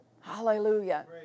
Hallelujah